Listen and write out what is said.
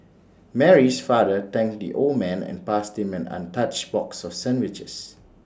Mary's father thanked the old man and passed him an untouched box of sandwiches